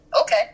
okay